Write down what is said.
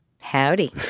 Howdy